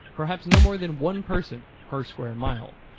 perhaps no more than one person per square mile.